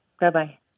Bye-bye